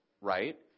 right